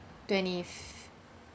twenty fif~